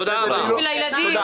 תעשה בשביל הילדים...